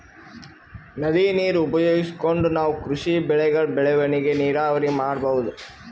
ನದಿ ನೀರ್ ಉಪಯೋಗಿಸ್ಕೊಂಡ್ ನಾವ್ ಕೃಷಿ ಬೆಳೆಗಳ್ ಬೆಳವಣಿಗಿ ನೀರಾವರಿ ಮಾಡ್ಬಹುದ್